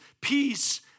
peace